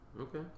Okay